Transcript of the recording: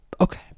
Okay